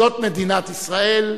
זאת מדינת ישראל,